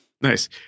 Nice